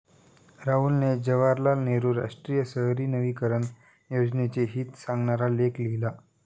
राहुलने जवाहरलाल नेहरू राष्ट्रीय शहरी नवीकरण योजनेचे हित सांगणारा लेख लिहिला